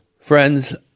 Friends